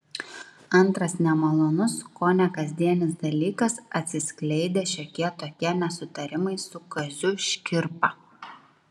antras nemalonus kone kasdienis dalykas atsiskleidę šiokie tokie nesutarimai su kaziu škirpa